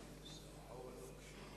היושב-ראש,